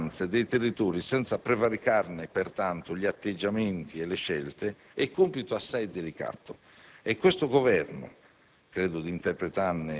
Corrispondere alle istanze dei territori senza prevaricarne pertanto gli atteggiamenti e le scelte è compito assai delicato. Questo Governo